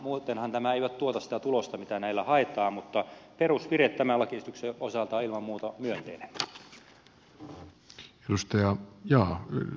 muutenhan nämä eivät tuota sitä tulosta mitä näillä haetaan mutta perusvire tämä laki se osaa tai tämän lakiesityksen osalta on ilman muuta myönteinen